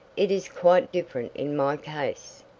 it is quite different in my case!